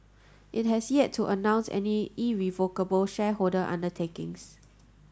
it has yet to announce any irrevocable shareholder undertakings